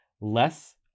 less